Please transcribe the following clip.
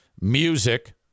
Music